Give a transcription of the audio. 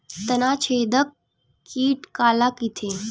तनाछेदक कीट काला कइथे?